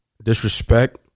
disrespect